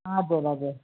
हजुर हजुर